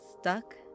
stuck